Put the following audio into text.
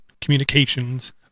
communications